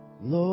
Lord